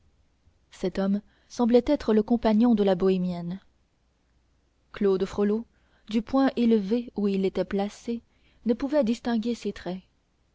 cet homme semblait être le compagnon de la bohémienne claude frollo du point élevé où il était placé ne pouvait distinguer ses traits